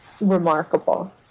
remarkable